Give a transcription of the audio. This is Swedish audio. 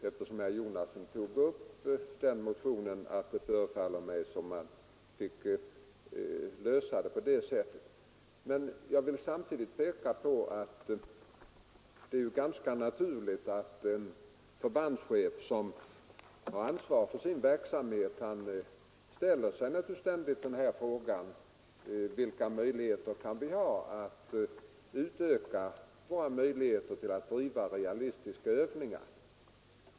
Eftersom herr Jonasson berörde denna motion vill jag säga att det förefaller mig som om man får försöka lösa problemet på det sättet. Men jag vill samtidigt peka på att det är ganska naturligt att en förbandschef, som har ansvar för verksamheten, ständigt ställer sig frågan: Vilka förutsättningar kan vi ha att utöka våra möjligheter att bedriva realistiska övningar?